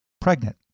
pregnant